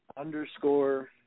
underscore